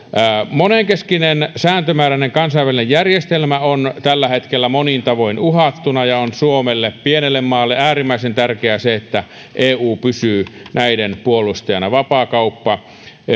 monenkeskinen sääntömääräinen kansainvälinen järjestelmä on tällä hetkellä monin tavoin uhattuna ja on suomelle pienelle maalle äärimmäisen tärkeää se että eu pysyy näiden puolustajana vapaakauppa